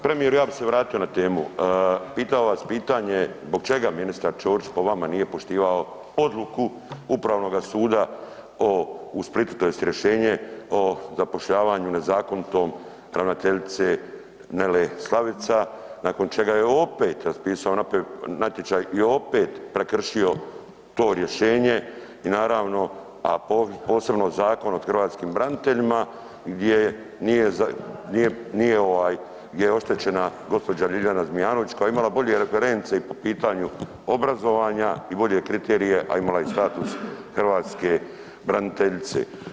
Premijeru ja bi se vratio na temu, pitao vas pitanje zbog čega ministra Ćorić po vama nije poštivao odluku Upravnoga suda o Splitu tj. rješenje o zapošljavanju nezakonitom ravnateljice Nele Slavica nakon čega je opet raspisao natječaj i opet prekršio to rješenje i naravno, a posebno Zakon o hrvatskim braniteljima gdje je, nije ovaj, gdje je oštećena gospođa Ljiljana Zmijanović koja je imala bolje reference i po pitanju obrazovanja i bolje kriterije, a imala je status hrvatske braniteljice.